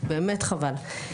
באמת חבל.